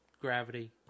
Gravity